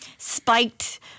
spiked